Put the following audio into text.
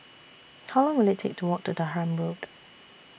How Long Will IT Take to Walk to Durham Road